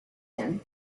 him